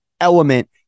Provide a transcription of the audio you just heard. element